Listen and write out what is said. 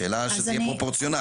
השאלה היא שזה יהיה פרופורציונלי.